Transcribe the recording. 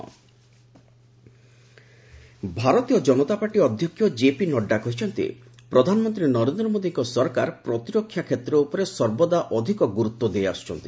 Nadda defence Bharatiya Janata Party ଅଧ୍ୟକ୍ଷ JP Nadda କହିଛନ୍ତି ପ୍ରଧାନମନ୍ତ୍ରୀ ନରେନ୍ଦ୍ର ମୋଦିଙ୍କ ସରକାର ପ୍ରତିରକ୍ଷା କ୍ଷେତ୍ର ଉପରେ ସର୍ବଦା ଅଧିକ ଗୁର୍ରତ୍ୱ ଦେଇଆସୁଛନ୍ତି